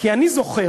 כי אני זוכר,